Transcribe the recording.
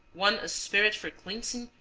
one a spirit for cleansing,